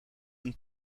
een